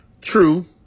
True